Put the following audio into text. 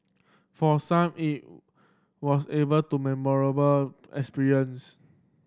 for some it was able to memorable experience